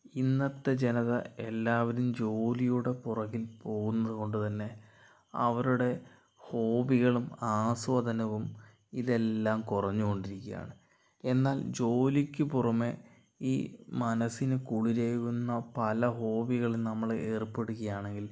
ഇന്നത്തെ ജനത എല്ലാവരും ജോലിയുടെ പുറകിൽ പോവുന്നത് കൊണ്ട് തന്നെ അവരുടെ ഹോബികളും ആസ്വാദനവും ഇതെല്ലാം കുറഞ്ഞ് കൊണ്ടിരിക്കയാണ് എന്നാൽ ജോലിയ്ക്ക് പുറമെ ഈ മനസ്സിന് കുളിരേകുന്ന പല ഹോബികളും നമ്മള് ഏർപ്പെടുകയാണെങ്കിൽ